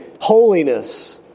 holiness